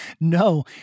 no